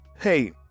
Hey